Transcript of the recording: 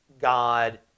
God